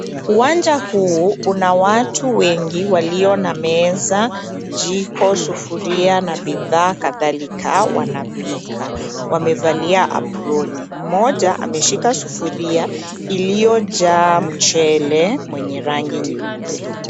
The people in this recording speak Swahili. Uwanja huu una watu wengi walio na meza, jiko, sufuria na bidhaa kadhalika wanapika. Wamevalia aproni, mmoja ameshika sufuria iliyojaa mchele mwenye rangi nyeupe.